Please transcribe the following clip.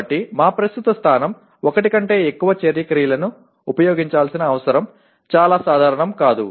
కాబట్టి మా ప్రస్తుత స్థానం ఒకటి కంటే ఎక్కువ చర్య క్రియలను ఉపయోగించాల్సిన అవసరం చాలా సాధారణం కాదు